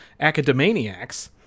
Academaniacs